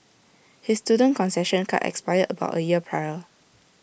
his student concession card expired about A year prior